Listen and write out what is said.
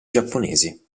giapponesi